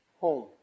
home